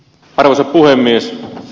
arvoisa puhemies